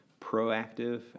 proactive